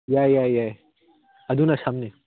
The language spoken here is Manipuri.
ꯌꯥꯏ ꯌꯥꯏ ꯌꯥꯏ ꯑꯗꯨꯅ ꯁꯝꯅꯤ